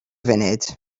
funud